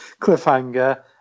Cliffhanger